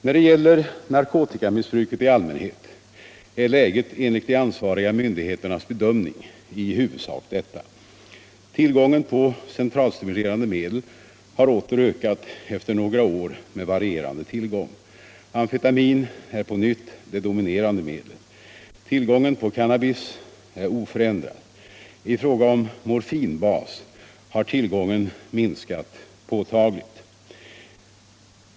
När det gäller narkotikamissbruket i allmänhet är läget enligt de ansvariga myndigheternas bedömningar i huvudsak detta. Tillgången på centralstimulerande medel har åter ökat efter några år med varierande tillgång. Amfetamin är på nytt det dominerande medlet. Tillgången på cannabis är oförändrad. I fråga om morfinbas har tillgången minskat påtagligt.